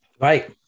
Right